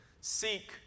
Seek